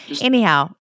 Anyhow